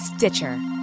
Stitcher